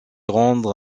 rendre